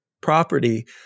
property